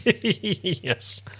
Yes